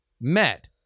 met